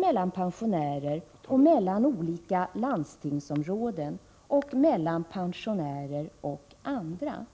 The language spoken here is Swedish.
mellan pensionärer, mellan olika landstingsområden och mellan pensionärer och andra.